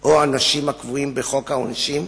או עונשים הקבועים בחוק העונשין,